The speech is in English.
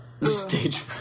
Stage